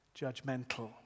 judgmental